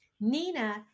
Nina